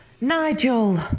Nigel